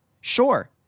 Sure